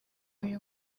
uyu